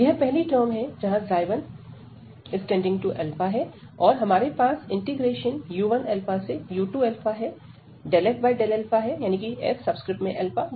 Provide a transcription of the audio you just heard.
यह पहली टर्म है जहां 1 है और हमारे पास u1u2fxαdx है